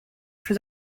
for